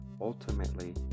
ultimately